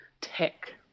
tech